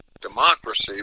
democracy